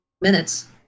minutes